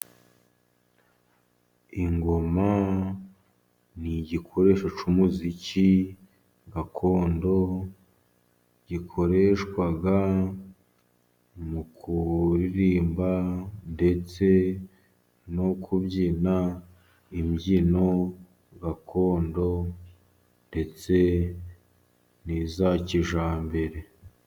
Ingoma ni igikoresho cy'umuziki gakondo, gikoreshwa mu kuririmba ndetse no kubyina imbyino gakondo ndetse niza kijyambere.